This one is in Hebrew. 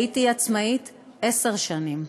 הייתי עצמאית עשר שנים,